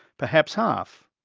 perhaps half.